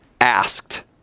asked